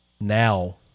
now